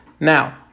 Now